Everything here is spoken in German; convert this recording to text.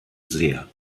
sehr